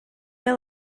neu